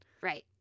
right